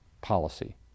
policy